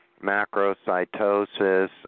macrocytosis